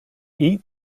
eat